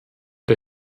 der